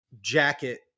jacket